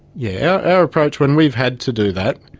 yeah our approach when we've had to do that,